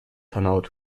hanaud